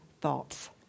thoughts